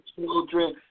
children